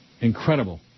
Incredible